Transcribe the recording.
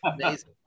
amazing